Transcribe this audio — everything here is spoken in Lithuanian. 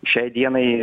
šiai dienai